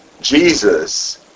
Jesus